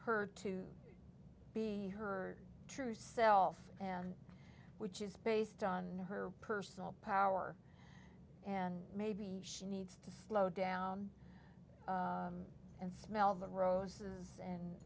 her to be her true self and which is based on her personal power and maybe she needs to slow down and smell the roses and